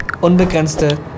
Unbegrenzte